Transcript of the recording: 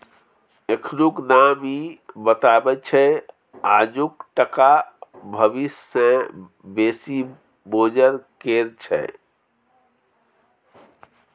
एखनुक दाम इ बताबैत छै आजुक टका भबिस सँ बेसी मोजर केर छै